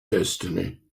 destiny